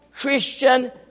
Christian